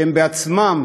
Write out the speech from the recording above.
כשהם בעצמם